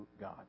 God